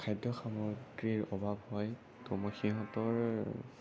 খাদ্য সামগ্ৰীৰ অভাৱ হয় তো মই সিহঁতৰ